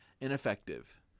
ineffective